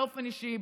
באופן אישי,